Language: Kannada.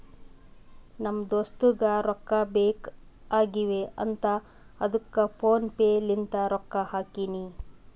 ನಮ್ ದೋಸ್ತುಗ್ ರೊಕ್ಕಾ ಬೇಕ್ ಆಗೀವ್ ಅಂತ್ ಅದ್ದುಕ್ ಫೋನ್ ಪೇ ಲಿಂತ್ ರೊಕ್ಕಾ ಹಾಕಿನಿ